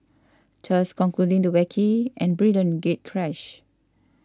thus concluding the wacky and brilliant gatecrash